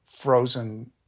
frozen